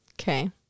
okay